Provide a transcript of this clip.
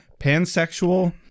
pansexual